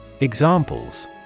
Examples